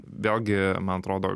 vėlgi man atrodo